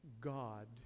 God